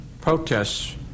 protests